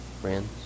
friends